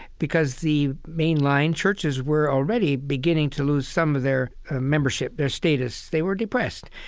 because the mainline churches were already beginning to lose some of their ah membership, their status. they were depressed.